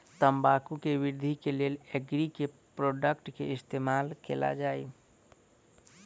तम्बाकू केँ वृद्धि केँ लेल एग्री केँ के प्रोडक्ट केँ इस्तेमाल कैल जाय?